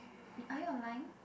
are you online